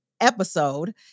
episode